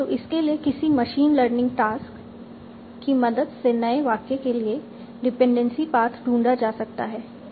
तो इसके लिए किसी मशीन लर्निंग टास्क की मदद से नए वाक्य के लिए डिपेंडेंसी पाथ ढूंढा जा सकता है